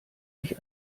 sich